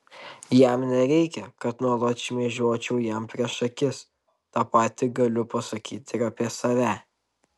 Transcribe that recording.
jam nereikia kad nuolat šmėžuočiau jam prieš akis tą patį galiu pasakyti ir apie save